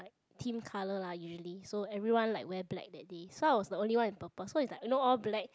team colour lah usually so everyone like wear black that day so I was the only one in purple so is like no all black